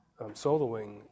soloing